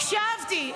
הקשבתי.